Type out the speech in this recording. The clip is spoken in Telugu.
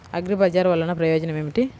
అగ్రిబజార్ వల్లన ప్రయోజనం ఏమిటీ?